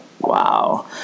wow